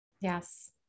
Yes